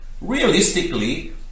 realistically